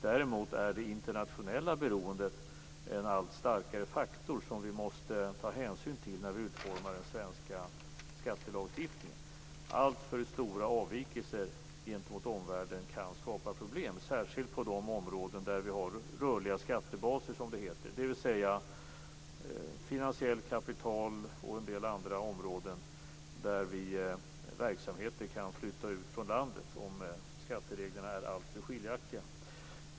Däremot är det internationella beroendet en allt starkare faktor som vi måste ta hänsyn till när vi utformar den svenska skattelagstiftningen. Alltför stora avvikelser gentemot omvärlden kan skapa problem, särskilt på de områden där vi har rörliga skattebaser, dvs. finansiellt kapital och en del andra områden där verksamheter kan flytta ut från landet om skattereglerna är alltför skiljaktiga.